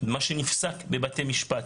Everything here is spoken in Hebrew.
מה שנפסק בבתי משפט.